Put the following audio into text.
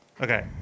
Okay